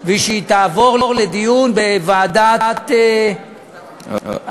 ושהיא תעבור לדיון בוועדת העבודה,